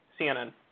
cnn